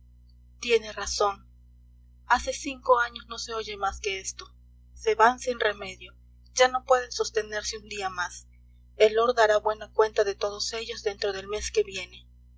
tiene razón hace cinco años no se oye más que esto se van sin remedio ya no pueden sostenerse un día más el lord dará buena cuenta de todos ellos dentro del mes que viene